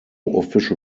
official